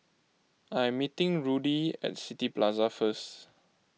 I am meeting Rudy at City Plaza first